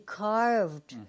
carved